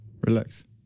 Relax